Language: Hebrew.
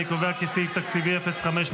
אני קובע כי סעיף תקציבי 05,